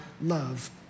love